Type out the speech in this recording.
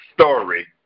story